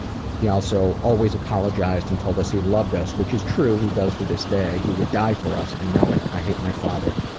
he always apologized and told us he loved us, which is true, he does to this day. he would die for us, i know it. i hate my father.